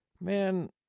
Man